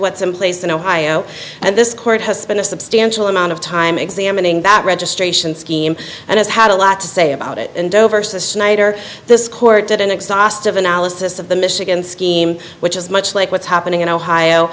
what some places in ohio and this court has been a substantial amount of time examining that registration scheme and has had a lot to say about it and over the snyder this court did an exhaustive analysis of the michigan scheme which is much like what's happening in ohio